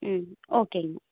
ம் ஓகேங்க